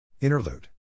Interlude